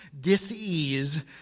dis-ease